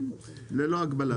כן, ללא הגבלה.